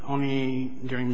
only during th